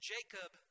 Jacob